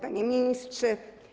Panie Ministrze!